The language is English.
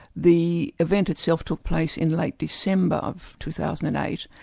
the event itself took place in late december of two thousand and eight,